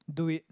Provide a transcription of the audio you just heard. do it